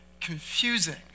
confusing